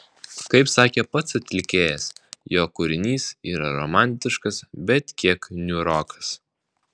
kaip sakė pats atlikėjas jo kūrinys yra romantiškas bet kiek niūrokas